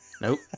Nope